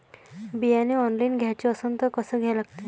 बियाने ऑनलाइन घ्याचे असन त कसं घ्या लागते?